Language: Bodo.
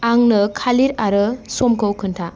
आंनो खालिर आरो आरो समखौ खोन्था